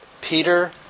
Peter